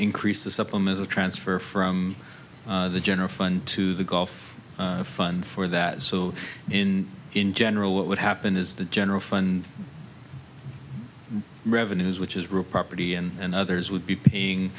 increase the supplemental transfer from the general fund to the gulf fund for that so in in general what would happen is the general fund revenues which is real property and others would be paying